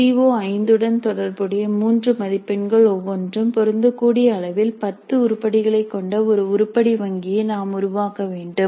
C ஓ5 உடன் தொடர்புடைய 3 மதிப்பெண்கள் ஒவ்வொன்றும் பொருந்தக்கூடிய அளவில் 10 உருப்படிகளைக் கொண்ட ஒரு உருப்படி வங்கியை நாம் உருவாக்க வேண்டும்